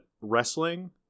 wrestling